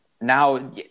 now